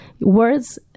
words